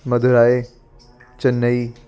ਮਦਰਾਏ Chennai